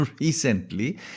recently